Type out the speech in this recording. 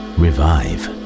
revive